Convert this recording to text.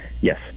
yes